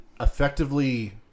Effectively